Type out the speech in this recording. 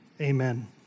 Amen